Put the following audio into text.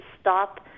stop